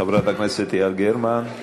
חברת הכנסת גרמן.